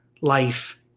life